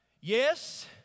Yes